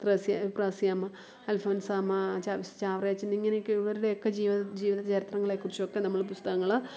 ത്രേസ്യ ത്ര്യേസ്യാമ്മ അൽഫോൻസാമ്മ ചാ ചാവറെയച്ചൻ ഇങ്ങനെയൊക്കെ ഇവരുടെയൊക്കെ ജീവിതം ജീവിത ചരിത്രങ്ങളെക്കുറിച്ചൊക്കെ നമ്മൾ പുസ്തകങ്ങൾ